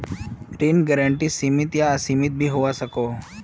ऋण गारंटी सीमित या असीमित भी होवा सकोह